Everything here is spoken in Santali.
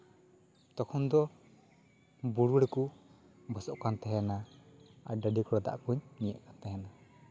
ᱛᱚᱠᱷᱚᱱ ᱫᱚ ᱵᱩᱨᱩ ᱨᱮᱠᱚ ᱵᱟᱥᱚᱜ ᱠᱟᱱ ᱛᱟᱦᱮᱱᱟ ᱟᱨ ᱰᱟᱹᱰᱤ ᱠᱚᱨᱮᱜ ᱫᱟᱜ ᱠᱚ ᱧᱩᱭᱮᱫ ᱠᱟᱱ ᱛᱟᱦᱮᱱᱟ